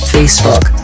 Facebook